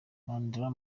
mandla